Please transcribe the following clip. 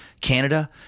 Canada